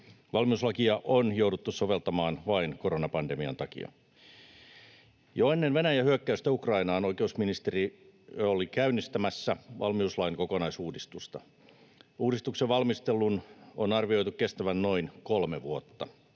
Valmiuslakia on jouduttu soveltamaan vain koronapandemian takia. Jo ennen Venäjän hyökkäystä Ukrainaan oikeusministeriö oli käynnistämässä valmiuslain kokonaisuudistusta. Uudistuksen valmistelun on arvioitu kestävän noin kolme vuotta.